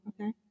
okay